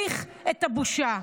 לאן נוליך את הבושה?